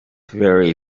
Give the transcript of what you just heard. very